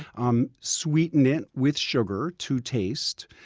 um sweeten it with sugar to taste,